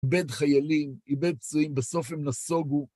איבד חיילים, איבד פצועים, בסוף הם נסוגו.